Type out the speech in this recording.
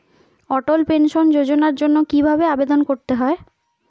অটল pension যোজনার জন্য কি ভাবে আবেদন করতে হয়?